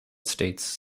states